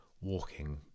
walking